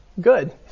Good